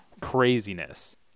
craziness